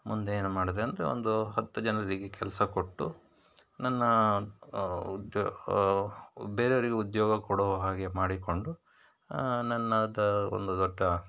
ಮುಂದೆ ಏನು ಮಾಡಿದೆ ಅಂದರೆ ಒಂದು ಹತ್ತು ಜನರಿಗೆ ಕೆಲಸ ಕೊಟ್ಟು ನನ್ನ ಉದ್ಯೋಗ ಬೇರೆಯವರಿಗೆ ಉದ್ಯೋಗ ಕೊಡುವ ಹಾಗೆ ಮಾಡಿಕೊಂಡು ನನ್ನ ದ ಒಂದು ದೊಡ್ಡ